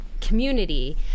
community